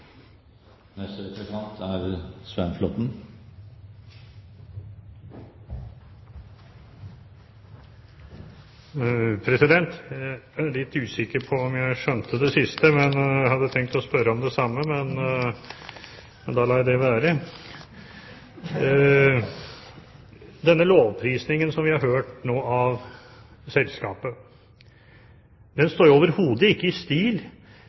Jeg er litt usikker på om jeg skjønte det siste. Jeg hadde tenkt å spørre om det samme, men da lar jeg det være. Denne lovprisningen av selskapet som vi har hørt nå, står overhodet ikke i stil